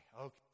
okay